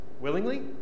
willingly